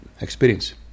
experience